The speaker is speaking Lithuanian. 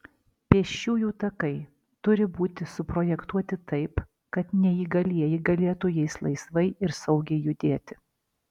pėsčiųjų takai turi būti suprojektuoti taip kad neįgalieji galėtų jais laisvai ir saugiai judėti